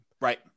Right